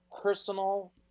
personal